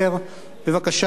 חבר הכנסת אחמד טיבי.